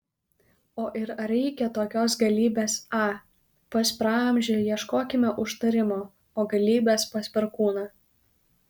o ir ar reikia tokios galybės a pas praamžį ieškokime užtarimo o galybės pas perkūną